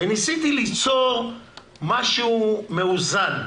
ניסיתי ליצור משהו מאוזן.